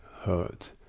hurt